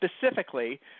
specifically